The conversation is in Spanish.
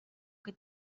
que